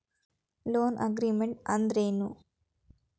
Loan agreement ಅಂದ್ರೇನು?